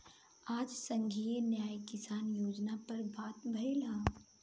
आज संघीय न्याय किसान योजना पर बात भईल ह